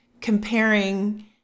comparing